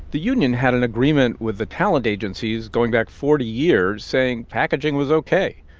the union had an agreement with the talent agencies going back forty years, saying packaging was ok.